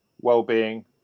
well-being